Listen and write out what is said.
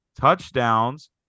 touchdowns